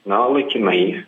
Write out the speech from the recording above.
na laikinai